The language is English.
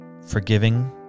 forgiving